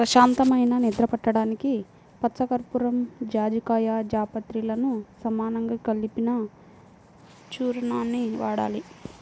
ప్రశాంతమైన నిద్ర పట్టడానికి పచ్చకర్పూరం, జాజికాయ, జాపత్రిలను సమానంగా కలిపిన చూర్ణాన్ని వాడాలి